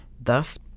thus